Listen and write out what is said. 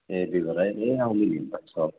ए दुई ए आउनु नि अन्त छ